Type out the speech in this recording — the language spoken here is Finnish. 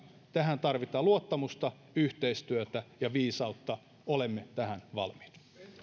tähän tarvitaan luottamusta yhteistyötä ja viisautta olemme tähän valmiit